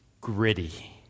gritty